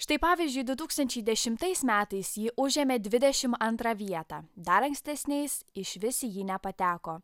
štai pavyzdžiui du tūkstančiai dešimtais metais ji užėmė dvidešimt antrą vietą dar ankstesniais išvis į jį nepateko